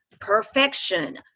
perfection